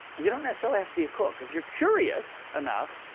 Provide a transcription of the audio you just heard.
you don't necessarily have to be a cook. if you're curious enough,